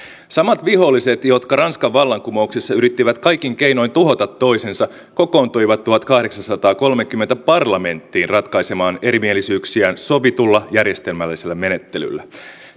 samat viholliset jotka ranskan vallankumouksessa yrittivät kaikin keinoin tuhota toisensa kokoontuivat tuhatkahdeksansataakolmekymmentä parlamenttiin ratkaisemaan erimielisyyksiään sovitulla järjestelmällisellä menettelyllä